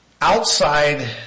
outside